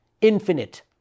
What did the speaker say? infinite